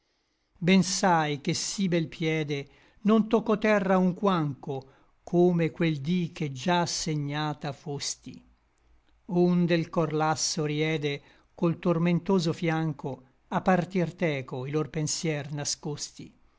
ben sai che sí bel piede non tocchò terra unquancho come quel dí che già segnata fosti onde l cor lasso riede col tormentoso fiancho a partir teco i lor pensier nascosti